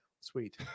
Sweet